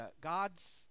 God's